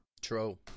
True